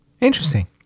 Interesting